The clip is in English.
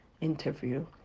interview